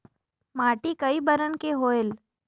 माटी कई बरन के होयल?